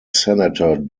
senator